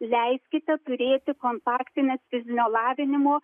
leiskite turėti kontaktines fizinio lavinimo